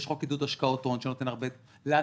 יש חוק עידוד השקעות הון שנותן הרבה לתעשייה,